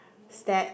Stat